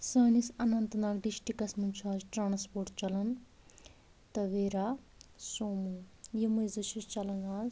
سٲنِس اننت ناگ ڈِسٹِرٛکس منٛز چھُ آز ٹرٛانٛسپورٹ چَلان تویرا سومو یِمٔے زٕ چھِ چَلان آز